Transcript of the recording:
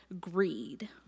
greed